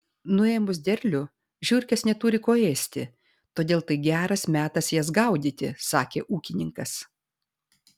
nuėmus derlių žiurkės neturi ko ėsti todėl tai geras metas jas gaudyti sakė ūkininkas